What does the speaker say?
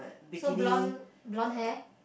so blonde blonde hair